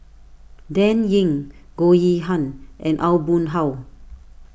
Dan Ying Goh Yihan and Aw Boon Haw